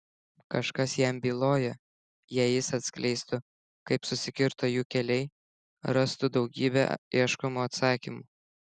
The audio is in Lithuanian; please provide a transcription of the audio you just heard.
kažkas jam bylojo jei jis atskleistų kaip susikirto jų keliai rastų daugybę ieškomų atsakymų